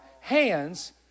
Hands